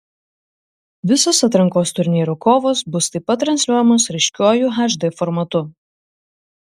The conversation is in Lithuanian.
visos atrankos turnyro kovos bus taip pat transliuojamos raiškiuoju hd formatu